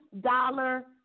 dollar